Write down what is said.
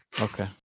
Okay